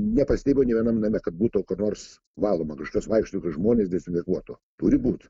nepastebėjau nė vienam name kad būtų kur nors valoma kažkas vaikšto žmonės dezinfekuotų turi būt